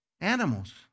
animals